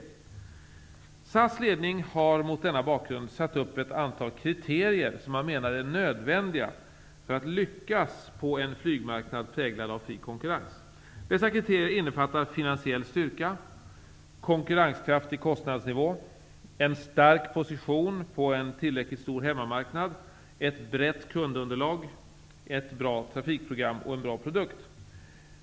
SAS ledning har mot denna bakgrund satt upp ett antal kriterier som man menar är nödvändiga för att lyckas på en flygmarknad präglad av fri konkurrens. Dessa kriterier innefattar finansiell styrka, konkurrenskraftig kostnadsnivå, en stark position på en tillräckligt stor hemmamarknad, ett brett kundunderlag, ett bra trafikprogram och en bra produkt.